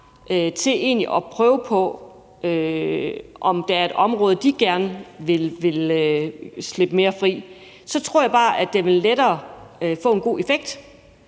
til at prøve at se på, om der er et område, de gerne vil slippe mere fri, så tror, at det lettere vil få en god effekt.